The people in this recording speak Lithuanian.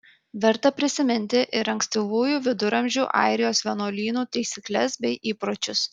verta prisiminti ir ankstyvųjų viduramžių airijos vienuolynų taisykles bei įpročius